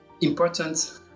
important